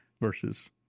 versus